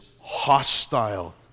hostile